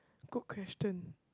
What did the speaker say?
good question